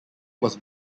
was